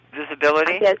visibility